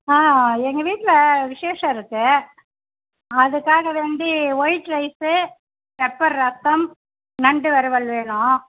ஆ எங்கள் வீட்டில் விசேஷம் இருக்குது அதுக்காக வேண்டி ஒயிட் ரைஸு பெப்பர் ரசம் நண்டு வறுவல் வேணும்